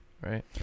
Right